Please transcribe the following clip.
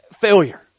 failure